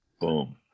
boom